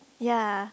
ya